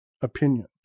opinion